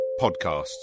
podcasts